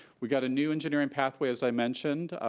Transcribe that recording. we got a new engineering pathway, as i mentioned,